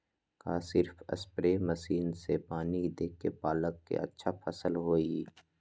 का सिर्फ spray machine से पानी देके पालक के अच्छा फसल होई?